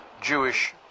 Jewish